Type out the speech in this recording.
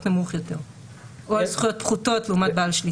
נמוך יותר או על זכויות פחותות לעומת בעל שליטה.